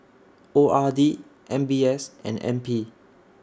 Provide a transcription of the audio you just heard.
O R D M B S and N P